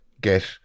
get